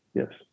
yes